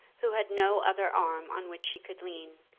who had no other arm on which she could lean,